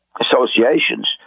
associations